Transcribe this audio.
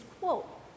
quote